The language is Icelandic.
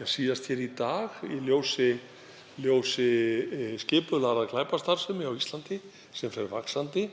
hér síðast í dag í ljósi skipulagðrar glæpastarfsemi á Íslandi sem fer vaxandi,